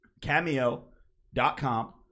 Cameo.com